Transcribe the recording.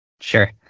Sure